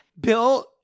Bill